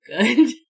good